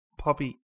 Poppy